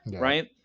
right